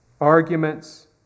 arguments